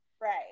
Right